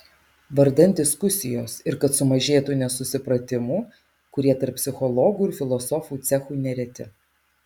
vardan diskusijos ir kad sumažėtų nesusipratimų kurie tarp psichologų ir filosofų cechų nereti